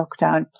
lockdown